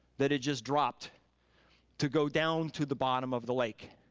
that it just dropped to go down to the bottom of the lake.